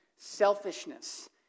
Selfishness